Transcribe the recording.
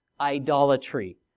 idolatry